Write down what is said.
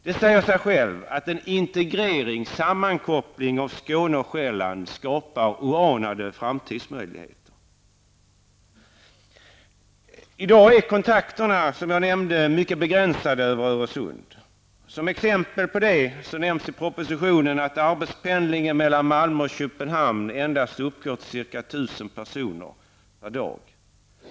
Det säger sig självt att en integrering och sammankoppling av Skåne och Själland skapar oanade framtidsmöjligheter. I dag är som sagt kontakterna över Öresund mycket begränsade. Som exempel på detta nämns i propositionen att arbetspendlingen mellan Malmö och Köpenhamn uppgår till endast ca 1 000 personer per dag.